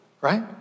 right